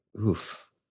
Oof